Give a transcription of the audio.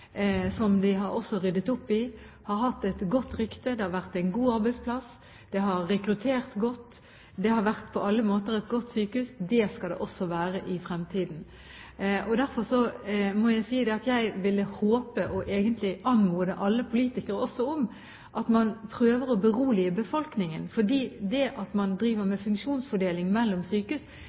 som sykehuset har ryddet opp i, har hatt et godt rykte, det har vært en god arbeidsplass, det har rekruttert godt. Det har på alle måter vært et godt sykehus. Det skal det også være i fremtiden. Derfor må jeg si at jeg ville håpe – og egentlig anmode alle politikere også om – at man prøver å berolige befolkningen, for det at man driver med funksjonsfordeling mellom sykehus,